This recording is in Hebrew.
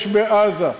יש בעזה,